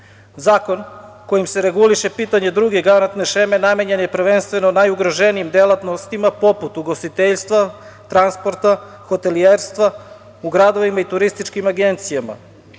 kojim se reguliše pitanje druge garantne šeme namenjen je prvenstveno najugroženijim delatnostima poput ugostiteljstva, transporta, hotelijerstva u gradovima i turističkim agencijama,